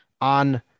on